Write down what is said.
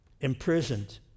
imprisoned